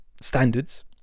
standards